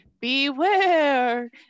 beware